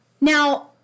Now